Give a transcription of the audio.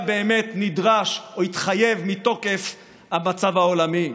באמת נדרש או התחייב מתוקף המצב העולמי.